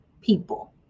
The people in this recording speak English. people